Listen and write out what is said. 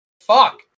Fuck